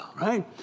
right